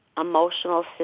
emotional